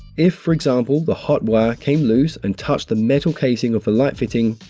if for example, the hot wire came loose and touched the metal casing of the light fitting,